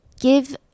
give